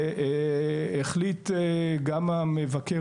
גם המבקר החליט,